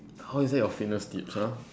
how is that your fitness tips !huh!